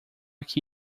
que